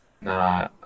Nah